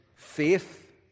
Faith